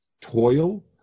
toil